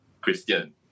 Christian